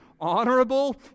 honorable